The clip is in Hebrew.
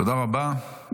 תודה רבה.